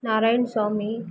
Narayana Swami